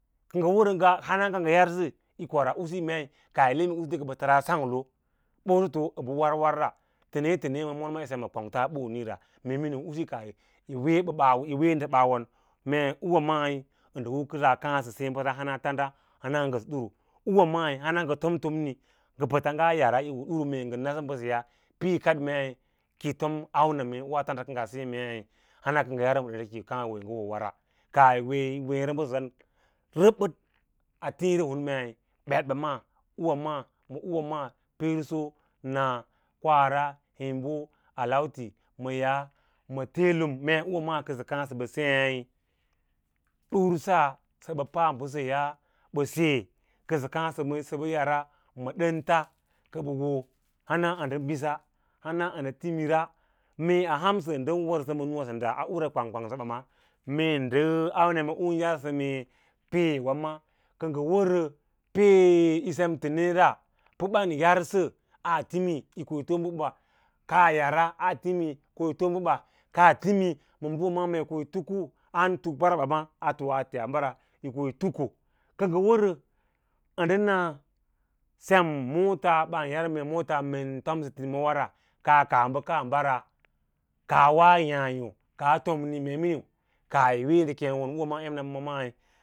Pə ǔwâ hana ka ngə yarsə yi kors usule ɓə mei kaah yi le ɓə mee kə ɓə təraa sanglo ɓosoto əɓə war war ra tene tene yi sem ma kwangto mee miniu kaah yí wee ndə ɓaawon ee ûwa’ mai u kəsasa kaã sə sěě basa tandawa hans ngəsə ɗuru, ǔwā maí hans ngə tomtomi ngə pəts ngaa yara yi duru mee ngən nasə mbəseyaa yi kad mee kəi tom munamw u ki yaa kaɗa tamɗa mee ngaa na mbəseyaa yi tom auname dunya u kəsaa sěě wa ra, sem u tanda mei har mee ngə bə kə ɓə kaã wo tanda kə ngə ɓən sěěwa kaah yi wee yí wěěrə bəsəsan rəbəd a tiĩri hun meĩ ɓetɓa maa, ǔwǎ maa ma ǔwǎ maa pń-so, kwaꞌara hímbo na, alautī ma yaꞌa, ma teelum mee a ûwâ maa kəsə kaã sə ɓə sēěi dursa sə ɓə pa mbəsayaa, ɓə se kə sə kaã səɓə yara ma dənta kə ɓə wo hana əndə biss hana nɗə timirs meyǎǎ hansə u ndən wərsə ma nûsvâ sənda a hansə ura kwang kwang səɓa ma mee ndə auna me un yarsə mee pee ndə auna me un yarsə mee pee wê ma kə ngə wərə, pee yi sem təne ra pə yausə aa timí yi koyi too bə ɓa kaa yara aa timi koyi too bə kaa timí ma ɓəɓa maa mee koyi tuku, a han tuk parebla ma too koa ti a mbara yi koyi tuku wərə əndə na dem moo ts ban yar miirs men tomsə tinima wara kaa kaa bəka mbara kaa wa yǎǎyo kaa tomni mee miniu kaah yi weu ndə kěēyoo kong embaɓa mai.